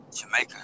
Jamaica